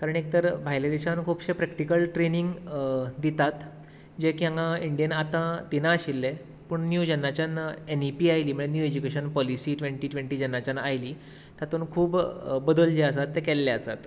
कारण एक तर भायल्या देशान खूबशे प्रेक्टीकल ट्रेनींग दितात जे की हांगा इंडियेन दिनाशिल्ले पूण निव जेन्नाच्यान एनइपी आयली म्हणल्यार new education policy twenty twenty जेन्नाच्यान आयली तातूंत खूब बदल जे आसा ते केल्ले आसात